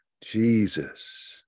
Jesus